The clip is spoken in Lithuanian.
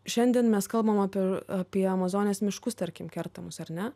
šiandien mes kalbam apie apie amazonės miškus tarkim kertamus ar ne